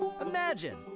Imagine